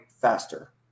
faster